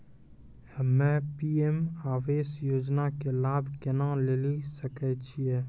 हम्मे पी.एम आवास योजना के लाभ केना लेली सकै छियै?